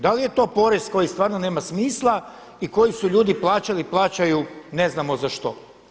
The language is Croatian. Da li je to porez koji stvarno nema smisla i koji su ljudi plaćali, plaćaju ne znamo za što.